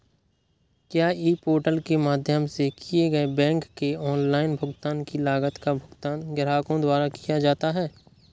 क्या e portal के माध्यम से किए गए बैंक के ऑनलाइन भुगतान की लागत का भुगतान ग्राहकों द्वारा किया जाता है?